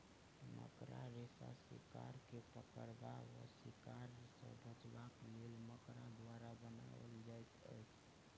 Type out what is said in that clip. मकड़ा रेशा शिकार के पकड़बा वा शिकार सॅ बचबाक लेल मकड़ा द्वारा बनाओल जाइत अछि